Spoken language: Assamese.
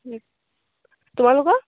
তোমালোকৰ